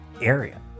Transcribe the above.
area